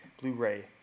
Blu-ray